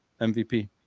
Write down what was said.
MVP